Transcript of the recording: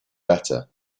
better